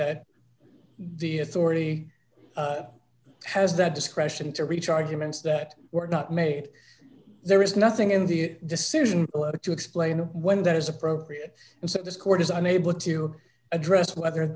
that the authority has that discretion to reach arguments that were not made there is nothing in the decision to explain when that is appropriate and so this court is unable to address whether